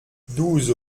douze